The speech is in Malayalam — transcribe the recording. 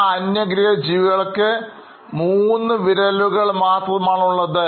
ആ അന്യഗ്രഹജീവികൾക്ക് മൂന്ന് വിരലുകൾ മാത്രമാണ് ഉള്ളത്